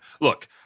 Look